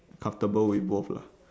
comfortable with both lah